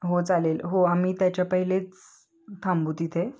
हो चालेल हो आम्ही त्याच्या पहिलेच थांबू तिथे